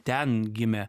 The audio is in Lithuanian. ten gimę